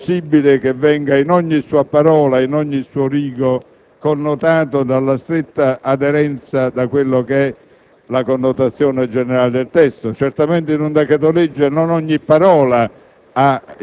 possibile che venga in ogni sua parola, in ogni suo rigo, segnato dalla stretta aderenza a quella che è la connotazione generale del testo. Certamente in un decreto‑legge non ogni parola